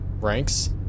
ranks